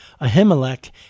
Ahimelech